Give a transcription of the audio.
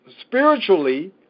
spiritually